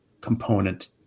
component